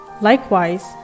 Likewise